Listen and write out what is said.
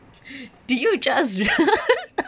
did you just